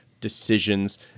decisions